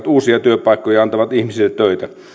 uusia työpaikkoja ja antavat ihmisille töitä